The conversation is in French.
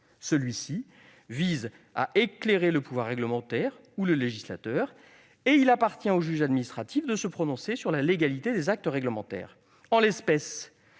celui-ci vise à éclairer le pouvoir réglementaire ou le législateur et il appartient au juge administratif de se prononcer sur la légalité des actes réglementaires. En l'espèce,